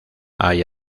hay